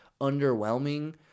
underwhelming